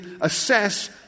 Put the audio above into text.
assess